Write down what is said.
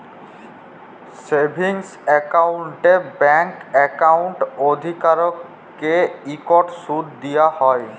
savings একাউল্টে bank account অধিকারীদেরকে ইকট সুদ দিয়া হ্যয়